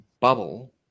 bubble